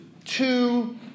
two